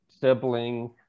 sibling